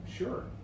Sure